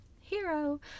hero